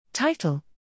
Title